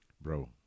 bro